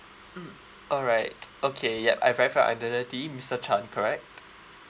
mm alright okay yup I've verified your identity mister chan correct